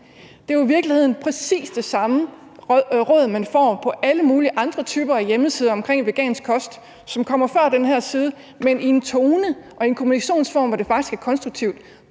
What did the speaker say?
Det er jo i virkeligheden præcis det samme råd, man får på alle mulige andre typer hjemmesider om vegansk kost, som kommer før den her side, men hvor det er i en tone og en kommunikationsform, der faktisk er konstruktiv.